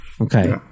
Okay